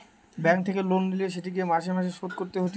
bank থেকে loan লিলে সেটিকে মাসে মাসে শোধ করতে হতিছে